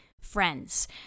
friends